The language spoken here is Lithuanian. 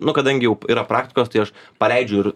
nu kadangi jau yra praktikos tai aš paleidžiu ir